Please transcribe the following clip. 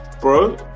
bro